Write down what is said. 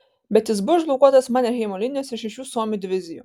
bet jis buvo užblokuotas manerheimo linijos ir šešių suomių divizijų